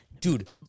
dude